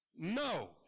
No